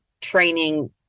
training